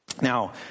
Now